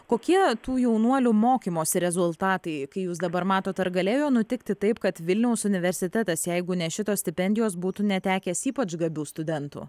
kokie tų jaunuolių mokymosi rezultatai kai jūs dabar matot ar galėjo nutikti taip kad vilniaus universitetas jeigu ne šitos stipendijos būtų netekęs ypač gabių studentų